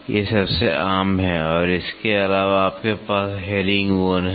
ये सबसे आम हैं और इसके अलावा आपके पास हेरिंगबोन है